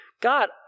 god